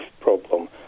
problem